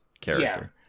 character